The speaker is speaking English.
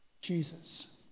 Jesus